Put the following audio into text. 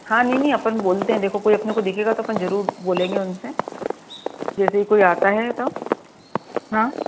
हाँ नहीं नहीं अपन बोलते हैं देखो कोई अपनों को दिखेगा तो आपन जरुर बोलेंगे उनसे जैसे ही कोई आता है तो हाँ